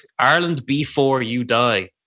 IrelandBeforeYouDie